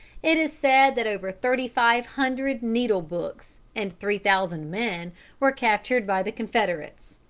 it is said that over thirty-five hundred needle-books and three thousand men were captured by the confederates,